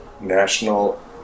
National